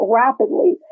rapidly